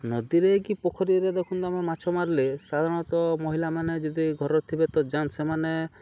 ନଦୀରେ କି ପୋଖରୀରେ ଦେଖନ୍ତୁ ଆମେ ମାଛ ମାରିଲେ ସାଧାରଣତଃ ମହିଳାମାନେ ଯଦି ଘରର୍ ଥିବେ ତ ଯାଆନ୍ ସେମାନେ